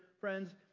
friends